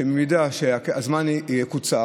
שבמידה שהזמן יקוצר,